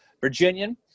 Virginian